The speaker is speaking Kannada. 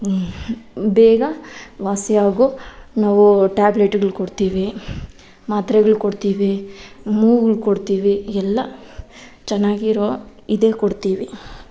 ಬೇಗ ವಾಸಿಯಾಗೊ ನಾವು ಟ್ಯಾಬ್ಲೆಟ್ಗಳು ಕೊಡ್ತೀವಿ ಮಾತ್ರೆಗಳು ಕೊಡ್ತೀವಿ ಮೂಗಳು ಕೊಡ್ತೀವಿ ಎಲ್ಲ ಚೆನ್ನಾಗಿರೋ ಇದೇ ಕೊಡ್ತೀವಿ